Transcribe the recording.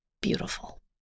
beautiful